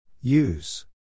use